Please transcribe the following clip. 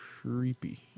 creepy